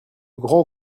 grand